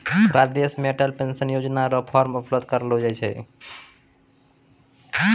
पूरा देश मे अटल पेंशन योजना र फॉर्म उपलब्ध करयलो जाय छै